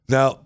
Now